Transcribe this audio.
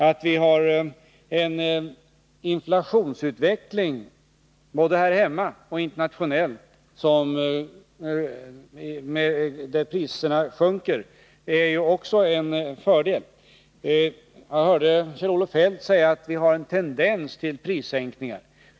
Att vi har en lägre inflations takt både här hemma och internationellt är också en fördel. Jag hörde Kjell-Olof Feldt säga att vi har en tendens till prissänkningar.